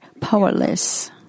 powerless